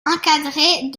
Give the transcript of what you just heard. encadrées